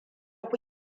ku